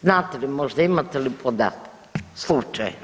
Znate li možda, imate li podatak slučajno?